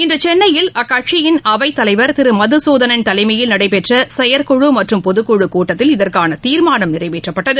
இன்று சென்னையில் அக்கட்சியின் அவைத்தலைவர் திரு மதுசூதனன் தலைமையில் நடைபெற்ற செயற்குழு மற்றும் பொதுக்குழுக் கூட்டத்தில் இதற்கான தீர்மானம் நிறைவேற்றப்பட்டது